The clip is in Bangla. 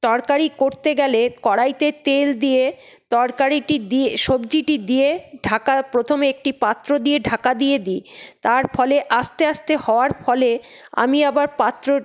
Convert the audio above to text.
তরকারি করতে গেলে কড়াইতে তেল দিয়ে তরকারিটি দিয়ে সবজিটি দিয়ে ঢাকা প্রথমে একটি পাত্র দিয়ে ঢাকা দিয়ে দি তার ফলে আস্তে আস্তে হওয়ার ফলে আমি আবার পাত্র